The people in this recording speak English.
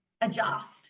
Adjust